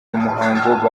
muhango